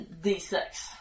D6